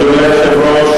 אדוני היושב-ראש,